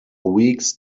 weeks